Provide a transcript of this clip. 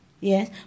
Yes